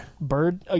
bird